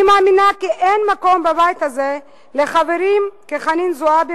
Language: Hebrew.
אני מאמינה כי אין מקום בבית הזה לחברים כחנין זועבי